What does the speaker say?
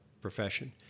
profession